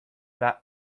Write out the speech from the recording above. that